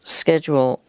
schedule